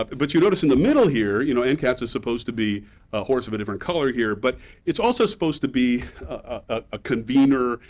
but you notice in the middle here, you know, and ncats is supposed to be a horse of a different color here, but it's also supposed to be a convener,